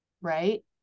Right